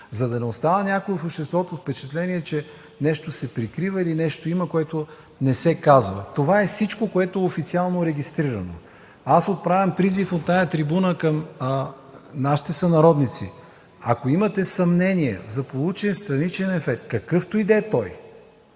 за да не остане някой от обществото с впечатление, че нещо се прикрива, или има нещо, което не се казва. Това е всичко, което е официално регистрирано. Аз отправям призив от тази трибуна към нашите сънародници: ако имате съмнение за получен страничен ефект, какъвто и да е той,